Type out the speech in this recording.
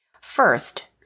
First